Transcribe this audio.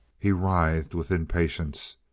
he writhed with impatience.